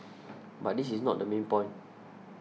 but this is not the main point